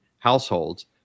households